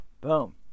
boom